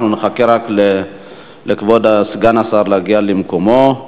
אנחנו נחכה לכבוד סגן השר שיגיע למקומו.